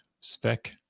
Spec